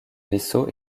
vaisseau